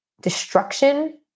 destruction